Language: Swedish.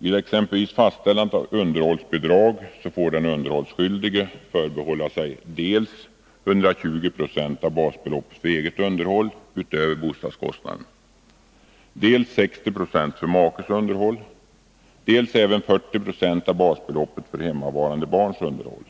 Vid exempelvis fastställande av underhållsbidrag får den underhållsskyldige förbehålla sig dels 120 26 av basbeloppet för eget underhåll utöver bostadskostnaden, dels 60 26 för makes underhåll, dels även 40 90 av basbeloppet för hemmavarande barns underhåll.